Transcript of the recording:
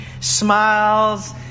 smiles